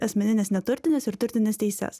asmenines neturtines ir turtines teises